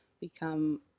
become